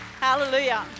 Hallelujah